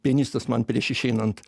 pianistas man prieš išeinant